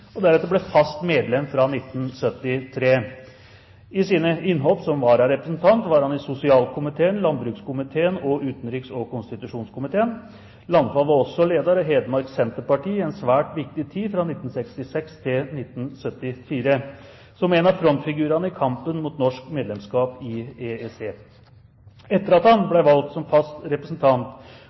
og deretter ble fast medlem fra 1973. I sine innhopp som vararepresentant var han i sosialkomiteen, landbrukskomiteen og utenriks- og konstitusjonskomiteen. Landfald var også leder av Hedmark Senterparti i en svært viktig tid fra 1966 til 1974, som en av frontfigurene i kampen mot norsk medlemskap i EEC. Etter at han ble valgt som fast representant,